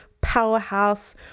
powerhouse